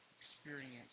experience